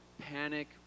panic